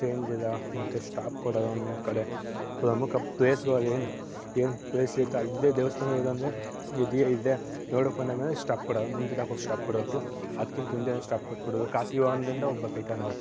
ಚೇಂಜಿಲ್ಲ ಮತ್ತೆ ಸ್ಟಾಪ್ ಕೊಡಲ್ಲ ಒಂದೊಂದು ಕಡೆ ಪ್ರಮುಖ ಪ್ಲೇಸ್ಗಳಲ್ಲಿ ಏನು ಪ್ಲೇಸಿರುತ್ತೊ ಅಲ್ಲೇ ದೇವಸ್ಥಾನ ಇರೋದೆಂದ್ರೆ ಇದೆಯೇ ಇಲ್ಲೇ ನೋಡೋಕೆ ಬಂದಾದಮೇಲೆ ಸ್ಟಾಪ್ ಕೊಡೋಲ್ಲ ಮುಂದೆ ಇದಾಗ್ವಾಗ ಸ್ಟಾಪ್ ಕೊಡೋದು ಅದ್ಕಿಂತ ಹಿಂದೆಯೇ ಸ್ಟಾಪ್ ಕೊಟ್ಬಿಡೋದು ಖಾಸಗಿ ವಾಹನದಿಂದ ಒಬ್ಬ ಬೈತಾನವ